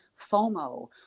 FOMO